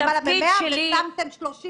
יש --- ושמתם 30